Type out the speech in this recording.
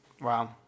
Wow